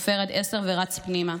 סופר עד עשר ורץ פנימה.